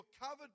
covered